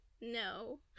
No